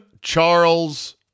Charles